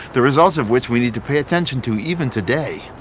the results of which we need to pay attention to even today.